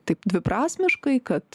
taip dviprasmiškai kad